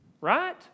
right